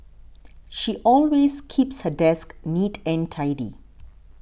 she always keeps her desk neat and tidy